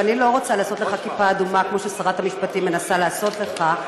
ואני לא רוצה לעשות לך "כיפה אדומה" כמו ששרת המשפטים מנסה לעשות לך,